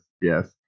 yes